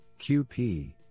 QP